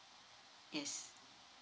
yes